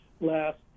last